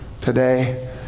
today